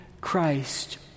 Christ